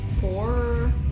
four